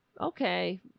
okay